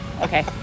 okay